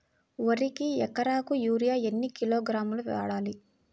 వరికి ఎకరాకు యూరియా ఎన్ని కిలోగ్రాములు వాడాలి?